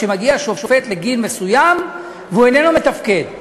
כשמגיע שופט לגיל מסוים והוא איננו מתפקד?